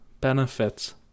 benefits